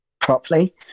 properly